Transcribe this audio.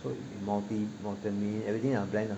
would be more than me everything our blend 的